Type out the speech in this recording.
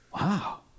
Wow